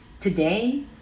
Today